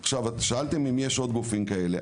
שאלתם אם יש עוד גופים כאלה?